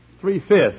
three-fifths